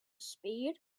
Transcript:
speed